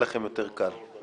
יהיה לכם יותר קל.